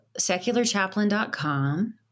secularchaplain.com